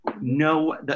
No